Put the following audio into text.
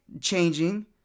changing